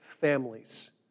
families